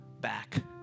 back